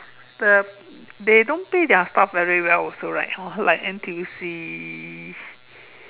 the they don't pay their staff very well also right hor like N_T_U_C